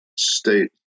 State